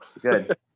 Good